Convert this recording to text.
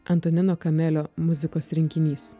antonino kamelio muzikos rinkinys